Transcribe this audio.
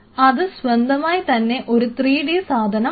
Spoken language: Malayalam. അത് സ്വന്തമായി തന്നെ ഒരു 3D സാധനമാണ്